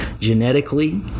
genetically